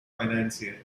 financier